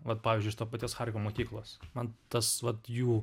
vat pavyzdžiui iš to paties charkivo mokyklos man tas vat jų